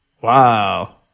Wow